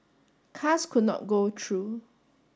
cars could not go through